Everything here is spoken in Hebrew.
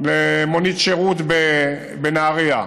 למונית שירות בנהרייה,